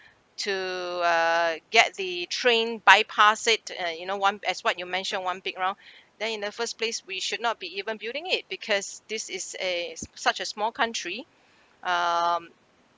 to uh get the train bypass it and you know one as what you mention one big round then in the first place we should not be even building it because this is a s~ such a small country um